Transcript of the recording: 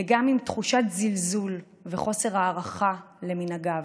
וגם עם תחושת זלזול וחוסר הערכה למנהגיו.